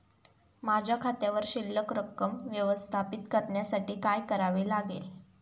माझ्या खात्यावर शिल्लक रक्कम व्यवस्थापित करण्यासाठी काय करावे लागेल?